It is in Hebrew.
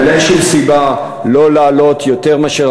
אבל אין שום סיבה לא להעלות יותר מאשר